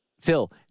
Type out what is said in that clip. Phil